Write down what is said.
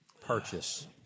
purchase